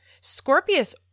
Scorpius